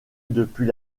depuis